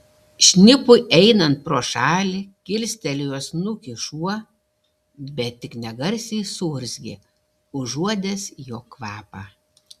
šnipui einant pro šalį kilstelėjo snukį šuo bet tik negarsiai suurzgė užuodęs jo kvapą